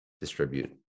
distribute